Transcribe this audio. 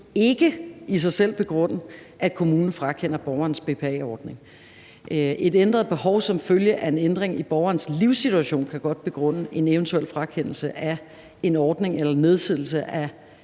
ikke i sig selv begrunde, at kommunen frakender borgeren en BPA-ordning. Et ændret behov som følge af en ændring i borgerens livssituation kan godt begrunde en eventuel frakendelse af en ordning eller nedsættelse af